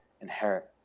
inherit